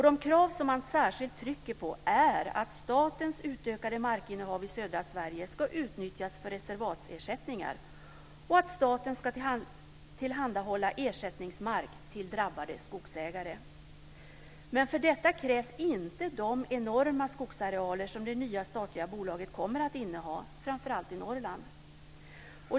De krav man särskilt tryckte på var att statens utökade markinnehav i södra Sverige ska utnyttjas för reservatsersättningar och att staten ska tillhandahålla ersättningsmark till drabbade skogsägare. Men för detta krävs inte de enorma skogsarealer som det nya statliga bolaget kommer att inneha i framför allt Norrland.